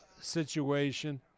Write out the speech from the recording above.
situation